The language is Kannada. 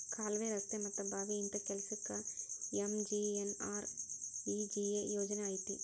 ಕಾಲ್ವೆ, ರಸ್ತೆ ಮತ್ತ ಬಾವಿ ಇಂತ ಕೆಲ್ಸಕ್ಕ ಎಂ.ಜಿ.ಎನ್.ಆರ್.ಇ.ಜಿ.ಎ ಯೋಜನಾ ಐತಿ